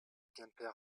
quimper